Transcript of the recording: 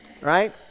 right